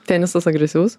tenisas agresyvus